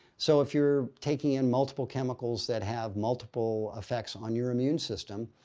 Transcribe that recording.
so if you're taking in multiple chemicals that have multiple effects on your immune system,